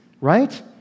right